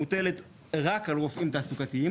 תעסוקתיות מוטלת רק על רופאים תעסוקתיים,